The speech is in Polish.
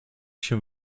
się